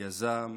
יזם,